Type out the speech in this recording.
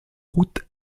routes